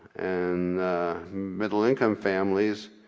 and middle income families.